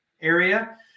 area